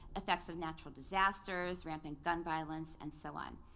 effects of natural disasters, rampant gun violence, and so on.